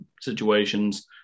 situations